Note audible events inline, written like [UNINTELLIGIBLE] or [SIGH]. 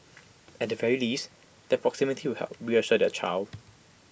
at the very least their proximity [UNINTELLIGIBLE] would help reassure their child